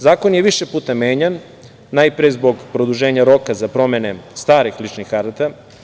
Zakon je više puta menjan, najpre zbog produženja roka za promene starih ličnih karata.